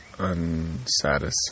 unsatisfied